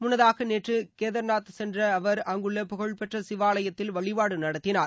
முன்னதாக நேற்று கேதார்நாத் சென்ற அவர் அங்குள்ள புகழ்பெற்ற சிவாலயத்தில் வழிபாடு நடத்தினார்